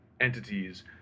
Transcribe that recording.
entities